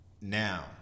Now